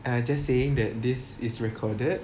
ah just saying that this is recorded